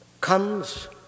comes